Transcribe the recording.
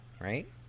right